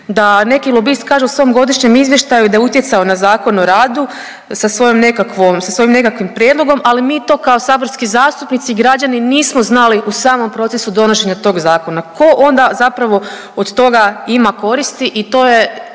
da neki lobist kaže u svom godišnjem izvještaju da je utjecao na Zakon o radu sa svojom nekakvom, sa svojim nekakvim prijedlogom, ali mi to kao saborski zastupnici i građani nismo znali u samom procesu donošenja tog zakona. Tko onda zapravo od toga ima koristi i to je,